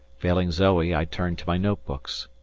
failing zoe i turn to my notebooks.